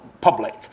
public